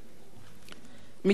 מתוך פרגמטיות,